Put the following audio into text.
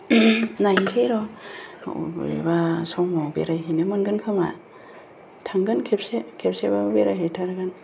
नायनोसै र' बबेबा समाव बेरायहैनो मोनगोन खोमा थांगोन खेबसे खेबसेबाबो बेरायहैथारगोन